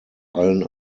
allen